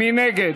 מי נגד?